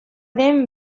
den